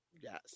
Yes